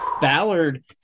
Ballard